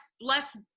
less